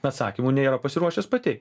atsakymų nėra pasiruošęs pateikt